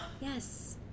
Yes